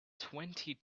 twenty